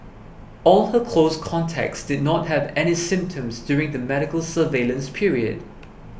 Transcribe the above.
all her close contacts did not have any symptoms during the medical surveillance period